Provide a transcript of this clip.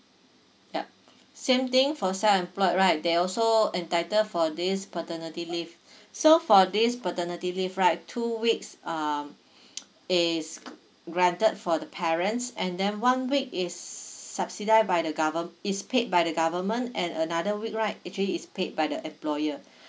yup same thing for self employed right they also entitled for this paternity leave so for this paternity leave right two weeks um it's granted for the parents and then one week is subsidized by the govern~ is paid by the government and another week right actually is paid by the employer